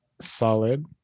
solid